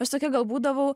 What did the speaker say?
aš tokia gal būdavau